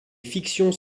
fictions